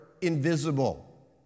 invisible